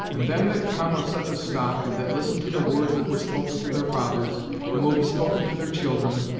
and them that come of such a stock, and that listen to the words that were spoken to their fathers and will be spoken to their children,